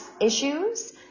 issues